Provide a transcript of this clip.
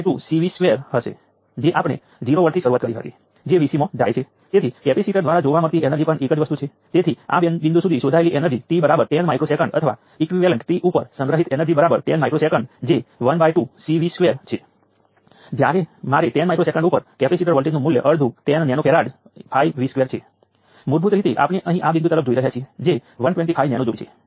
બીજા કરંટ સોર્સમાં પણ 10 વોલ્ટ છે અને V2 એ 10 વોલ્ટ છે અને I2 વત્તા 2 મિલિએમ્પ્સ છે જે આ દિશામાંથી સ્પષ્ટ છે અને V2 જે 20 મિલી વોટના પાવરને શોષી રહ્યું છે અને છેલ્લે વોલ્ટેજ સોર્સ છે